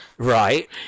Right